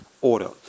order